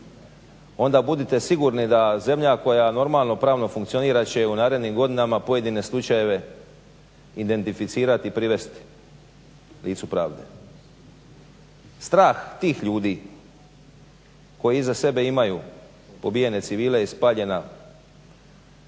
onda budite sigurni da zemlja koja normalno pravno funkcionira će u narednim godinama pojedine slučajeve identificirat i privest licu pravde. Strah tih ljudi koji iza sebe imaju pobijene civile i spaljene kuće,